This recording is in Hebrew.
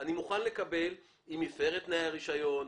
אני מוכן לקבל אם הפר את תנאי הרישיון,